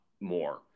more